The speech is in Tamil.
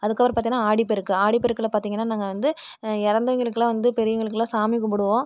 அதுக்கப்புறம் பார்த்திங்கனா ஆடிப்பெருக்கு ஆடிப்பெருக்கில் பார்த்திங்கனா நாங்கள் வந்து இறந்தவைங்களுக்குலாம் வந்து பெரியவங்களுக்கெலாம் சாமி கும்பிடுவோம்